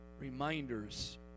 reminders